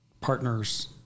partners